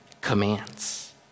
commands